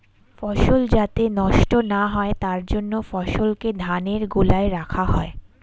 ফসল যাতে নষ্ট না হয় তার জন্য ফসলকে ধানের গোলায় রাখা হয়